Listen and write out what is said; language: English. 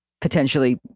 potentially